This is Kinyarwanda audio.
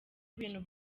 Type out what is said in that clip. ibintu